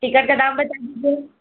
ticket का दाम बता दीजिए